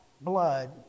blood